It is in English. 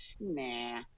Nah